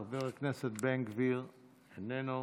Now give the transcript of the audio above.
חבר הכנסת בן גביר, איננו,